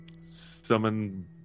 summon